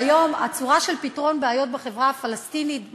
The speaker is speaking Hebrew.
שהיום הצורה לפתרון בעיות בחברה הפלסטינית,